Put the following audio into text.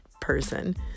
person